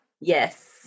Yes